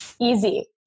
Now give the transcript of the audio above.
easy